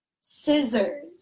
scissors